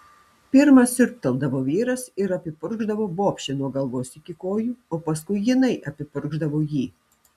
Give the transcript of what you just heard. pirmas siurbteldavo vyras ir apipurkšdavo bobšę nuo galvos iki kojų o paskui jinai apipurkšdavo jį